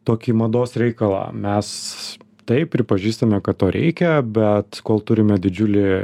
tokį mados reikalą mes taip pripažįstame kad to reikia bet kol turime didžiulį